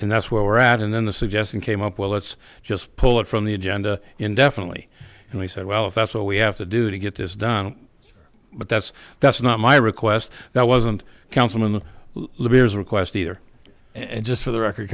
that's where we're at and then the suggestion came up well let's just pull it from the agenda indefinitely and he said well if that's all we have to do to get this done but that's that's not my request now wasn't councilman libya's request either and just for the record